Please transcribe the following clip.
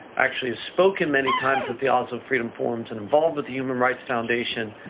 actually spoken many times at the oslo freedom forums, and involved with the human rights foundation.